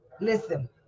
Listen